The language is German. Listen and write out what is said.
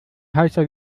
heißer